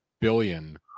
billion